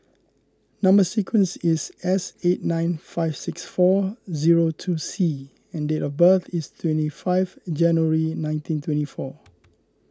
Number Sequence is S eight nine five six four zero two C and date of birth is twenty five January nineteen twenty four